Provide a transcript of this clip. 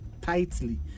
tightly